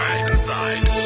Inside